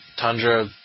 Tundra